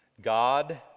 God